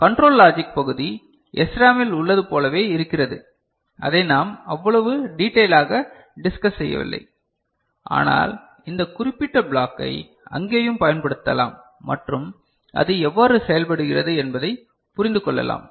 control logic பகுதி SRAM இல் உள்ளது போலவே இருக்கிறது அதை நாம் அவ்வளவு டீடைலாக டிஸ்கஸ் செய்யவில்லை ஆனால் இந்த குறிப்பிட்ட ப்ளாக்கை அங்கேயும் பயன்படுத்தலாம் மற்றும் அது எவ்வாறு செயல்படுகிறது என்பதைப் புரிந்து கொள்ளலாம்